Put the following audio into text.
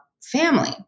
family